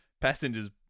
passengers